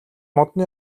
модны